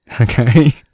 Okay